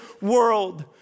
world